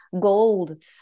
gold